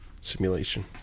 simulation